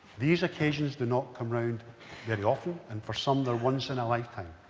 these occasions do not come around very often and for some they're once in a lifetime,